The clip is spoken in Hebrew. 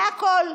זה הכול,